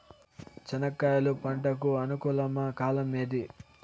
చెనక్కాయలు పంట కు అనుకూలమా కాలం ఏది?